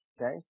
Okay